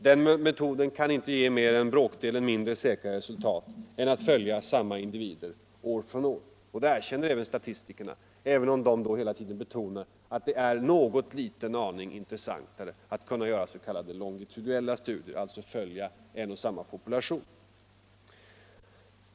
Den metoden kan inte ge mer än bråkdelen mindre säkra resultat än att följa samma individer år från år. Detta erkänner även statistikerna, även om de hela tiden betonar att det är någon liten aning intressantare att kunna göra s.k. longitudinella studier, där man alltså följer en och samma population.